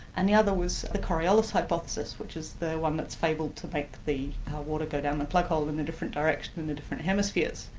and the other was the coriolis ah but which is the one that's fabled to make the water go down the plughole in a different direction in the different hemispheres.